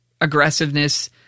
aggressiveness